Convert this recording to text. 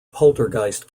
poltergeist